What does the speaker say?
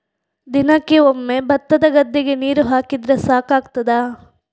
ದಿನಕ್ಕೆ ಒಮ್ಮೆ ಭತ್ತದ ಗದ್ದೆಗೆ ನೀರು ಹಾಕಿದ್ರೆ ಸಾಕಾಗ್ತದ?